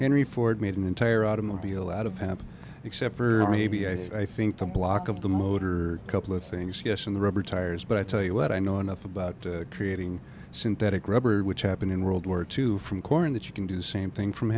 henry ford made an entire automobile out of him except for maybe i think the block of the motor a couple of things yes and the rubber tires but i tell you what i know enough about creating synthetic rubber which happened in world war two from corn that you can do the same thing from